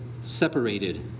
separated